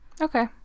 Okay